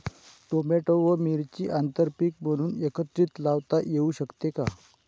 Tomato व मिरची आंतरपीक म्हणून एकत्रित लावता येऊ शकते का?